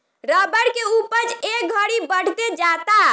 rubber के उपज ए घड़ी बढ़ते जाता